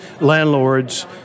landlords